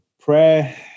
prayer